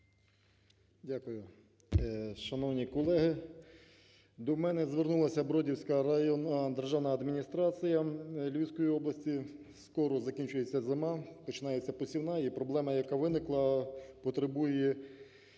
Дякую. Шановні колеги, до мене звернулася Бродівська районна державна адміністрація Львівської області. Скоро закінчується зима, починається посівна і проблема, яка виникла, потребує